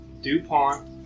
DuPont